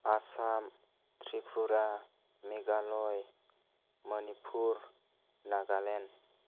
Assam Tripura Meghalaya Manipur Nagaland